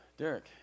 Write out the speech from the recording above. Derek